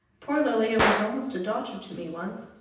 poor lilia was almost a daughter to me once.